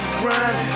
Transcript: grind